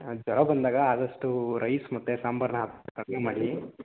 ಹಾಂ ಜ್ವರ ಬಂದಾಗ ಆದಷ್ಟು ರೈಸ್ ಮತ್ತು ಸಾಂಬಾರನ್ನ ಕಮ್ಮಿ ಮಾಡಿ